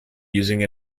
using